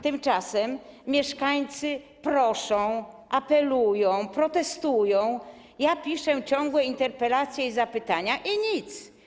Tymczasem mieszkańcy proszą, apelują, protestują, ja piszę ciągłe interpelacje i zapytania - i nic.